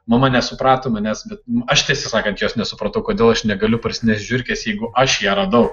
mama nesuprato manęs bet aš tiesą sakant jos nesupratau kodėl aš negaliu parsinešt žiurkės jeigu aš ją radau